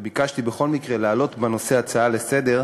וביקשתי בכל מקרה להעלות את הנושא כהצעה לסדר-היום,